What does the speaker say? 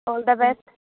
all the best